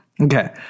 okay